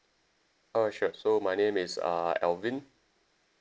ah sure so my name is uh alvin